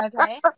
Okay